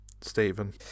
Stephen